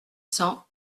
cents